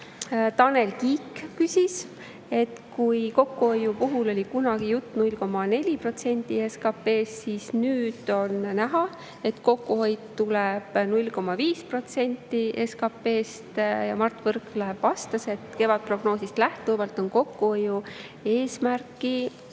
Tanel Kiik küsis, et kui kokkuhoiu puhul oli kunagi jutt 0,4% SKP-st, siis nüüd on näha, et kokkuhoid tuleb 0,5% SKP-st. Mart Võrklaev vastas, et kevadprognoosist lähtuvalt on kokkuhoiueesmärki